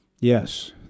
Yes